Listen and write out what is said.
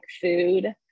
food